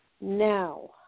Now